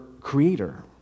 creator